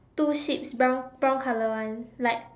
two sheeps brown brown color [one] like